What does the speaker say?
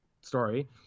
story